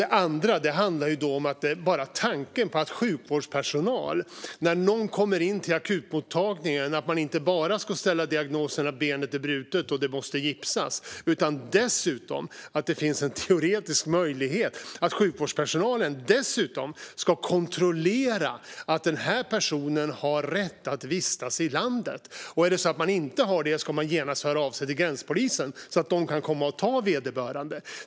Det andra handlar om att när någon kommer in till akutmottagningen ska sjukvårdspersonal inte bara ställa diagnosen att benet är brutet och måste gipsas, utan dessutom finns det en teoretisk möjlighet att man ska kontrollera att personen har rätt att vistas i landet. Om personen inte har det ska man genast höra av sig till gränspolisen så att de kan komma och ta vederbörande.